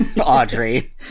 audrey